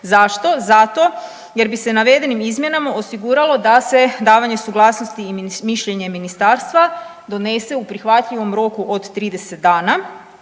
Zašto? Zato jer bi se navedenim izmjenama osiguralo da se davanje suglasnosti i mišljenje ministarstva donese u prihvatljivom roku od 30 dana.